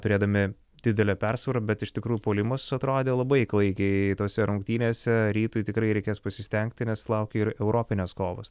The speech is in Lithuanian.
turėdami didelę persvarą bet iš tikrųjų puolimas atrodė labai klaikiai tose rungtynėse rytui tikrai reikės pasistengti nes laukia ir europinės kovos